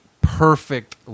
perfect